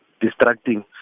distracting